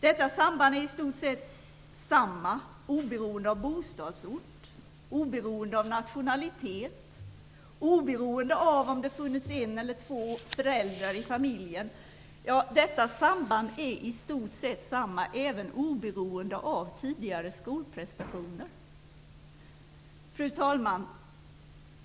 Detta samband är i stort sett detsamma oberoende av bostadsort, oberoende av nationalitet och oberoende av om det funnits en eller två föräldrar i familjen. Ja, detta samband är i stort sett detsamma även oberoende av tidigare skolprestationer. Fru talman!